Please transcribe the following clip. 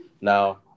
Now